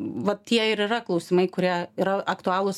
va tie ir yra klausimai kurie yra aktualūs